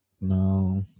No